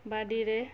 ବାଡ଼ିରେ